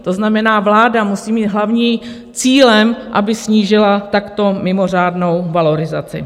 To znamená, vláda musí mít hlavní cíl, aby snížila takto mimořádnou valorizaci.